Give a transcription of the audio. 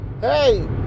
Hey